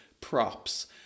props